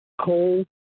coal